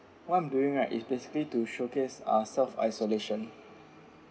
what I'm doing right is basically to showcase uh self isolation